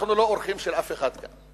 אנחנו לא אורחים של אף אחד כאן.